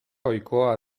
ohikoa